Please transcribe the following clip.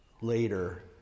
later